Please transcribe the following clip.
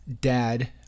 dad